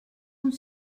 uns